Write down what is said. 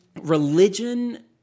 religion